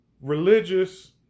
religious